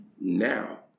Now